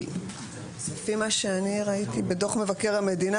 לפי מה שראיתי בדוח מבקר המדינה,